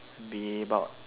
be about